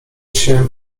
się